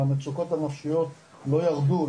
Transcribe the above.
המצוקות הנפשיות לא ירדו,